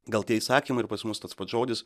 gal tie įsakymai ir pas mus tas pats žodis